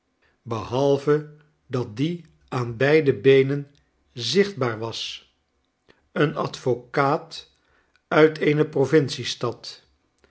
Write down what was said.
behalve dat die aan beiden beenen zichtbaar was een advocap uit eene provinciestad